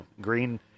Green